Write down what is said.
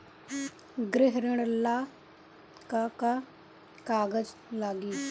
गृह ऋण ला का का कागज लागी?